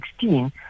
2016